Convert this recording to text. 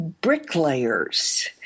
bricklayers